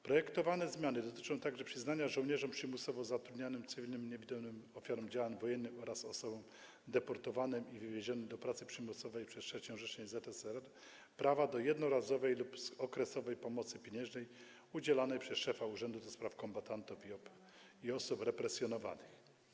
Projektowane zmiany dotyczą także przyznania żołnierzom przymusowo zatrudnianym, cywilnym niewidomym ofiarom działań wojennych oraz osobom deportowanym i wywiezionym do pracy przymusowej przez III Rzeszę i ZSRR prawa do jednorazowej lub okresowej pomocy pieniężnej udzielanej przez szefa Urzędu do Spraw Kombatantów i Osób Represjonowanych.